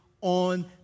on